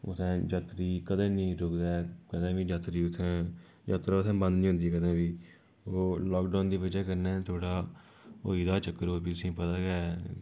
उत्थैं जात्तरी कदें नी रुकदे कदैं बी जात्तरी उत्थैं जात्तरा उत्थैं बंद नी होंदी कदें बी ओह् लाकडाउन दी बजह कन्नै थोह्ड़ा होई गेदा ही चक्कर ओह् बी तुसेंगी पता गै